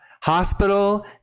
hospital